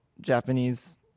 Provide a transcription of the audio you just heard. Japanese